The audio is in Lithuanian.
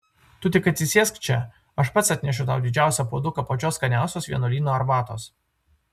tu tik atsisėsk čia aš pats atnešiu tau didžiausią puoduką pačios skaniausios vienuolyno arbatos